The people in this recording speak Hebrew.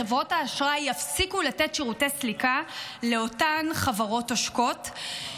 חברות האשראי יפסיקו לתת שירותי סליקה לאותן חברות עושקות.